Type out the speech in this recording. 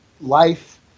life